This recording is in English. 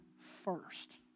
first